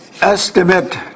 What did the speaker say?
estimate